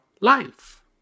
life